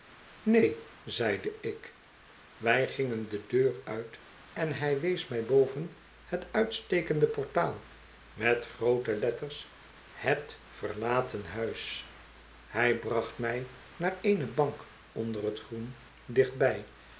neen zeide ik wij gingen de deur uit en hij wees mij boven het uitstekende portaal met groote letters het verlaten huis hij bracht mij naar eene bank onder het groen dichtbij